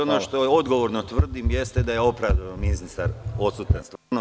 Ono što odgovorno tvrdim jeste da je opravdano ministar odsutan.